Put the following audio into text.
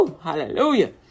Hallelujah